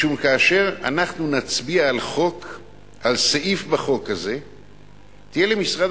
משום שכאשר אנחנו נצביע על סעיף בחוק הזה תהיה למשרד